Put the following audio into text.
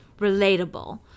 relatable